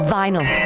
vinyl